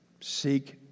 Seek